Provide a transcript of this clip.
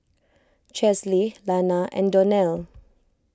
Chesley Lana and Donell